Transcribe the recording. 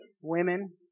women